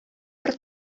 бер